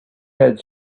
had